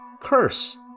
curse